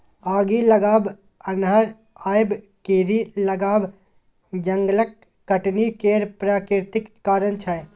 आगि लागब, अन्हर आएब, कीरी लागब जंगलक कटनी केर प्राकृतिक कारण छै